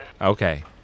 okay